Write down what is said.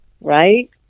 right